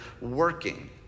working